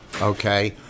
okay